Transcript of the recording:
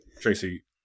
Tracy